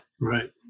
right